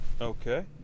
Okay